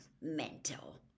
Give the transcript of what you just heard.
Mental